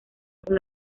con